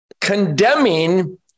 condemning